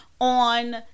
on